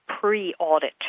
pre-audit